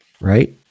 right